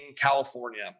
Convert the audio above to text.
California